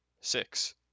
six